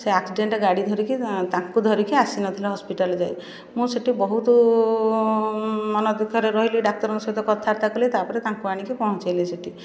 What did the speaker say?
ସେ ଆକ୍ସିଡ଼େଣ୍ଟ ଗାଡ଼ି ଧରିକି ତାଙ୍କୁ ଧରିକି ଆସି ନଥିଲେ ହସ୍ପିଟାଲ ଯାଏଁ ମୁଁ ସେଇଠୁ ବହୁତ ମନ ଦୁଃଖରେ ରହିଲି ଡାକ୍ତରଙ୍କ ସହିତ କଥାବାର୍ତ୍ତା କଲି ତା'ପରେ ତାଙ୍କୁ ଆଣି ପହଞ୍ଚେଇଲେ ସେଠି